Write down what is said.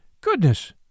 Goodness